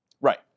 Right